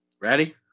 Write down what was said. Ready